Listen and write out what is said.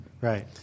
Right